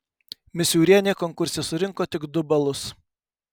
misiūrienė konkurse surinko tik du balus